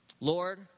Lord